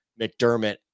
McDermott